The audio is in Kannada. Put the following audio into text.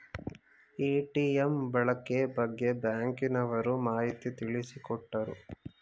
ಎ.ಟಿ.ಎಂ ಬಳಕೆ ಬಗ್ಗೆ ಬ್ಯಾಂಕಿನವರು ಮಾಹಿತಿ ತಿಳಿಸಿಕೊಟ್ಟರು